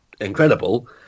incredible